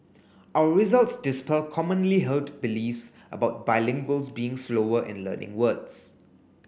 our results dispel commonly held beliefs about bilinguals being slower in learning words